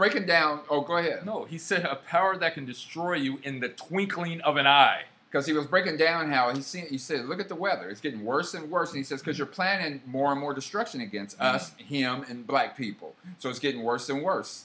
breaking down no he said a power that can destroy you in the twinkling of an eye because he was breaking down how insane he said look at the weather it's getting worse and worse and he says because your plan and more and more destruction against us and black people so it's getting worse and worse